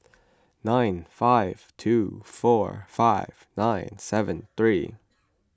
nine five two four five nine seven three